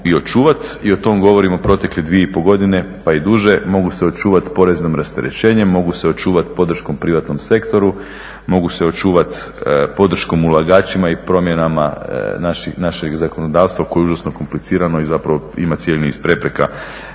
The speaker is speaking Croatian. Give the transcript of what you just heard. i očuvati i o tom govorimo proteklih 2,5 godine pa i duže, mogu se očuvati poreznim rasterećenjem, mogu se očuvati podrškom privatnom sektoru, mogu se očuvati podrškom ulagačima i promjenama našeg zakonodavstva koje je užasno komplicirano i zapravo ima cijeli niz prepreka